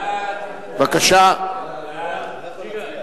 ההצעה להעביר